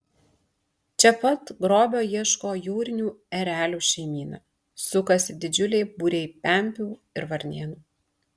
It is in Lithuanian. čia pat grobio ieško jūrinių erelių šeimyna sukasi didžiuliai būriai pempių ir varnėnų